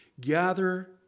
gather